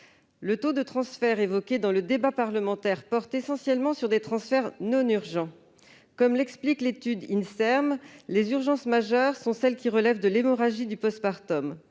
Le taux de transfert évoqué dans le débat parlementaire porte essentiellement sur des transferts non urgents. Comme l'explique l'étude de l'Inserm, les urgences majeures sont celles qui relèvent de l'hémorragie du. Pour